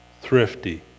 thrifty